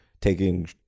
taking